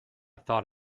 thought